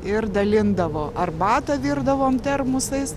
ir dalindavo arbatą virdavom termosais